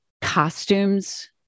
costumes